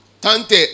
Tante